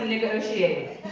and negotiate.